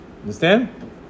Understand